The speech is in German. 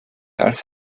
als